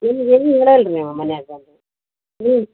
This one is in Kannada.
ಏನು ಏನು ಹೇಳಲ್ಲ ರೀ ಅವ ಮನ್ಯಾಗೆ ನೀವು